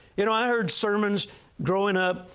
you know i heard sermons growing up,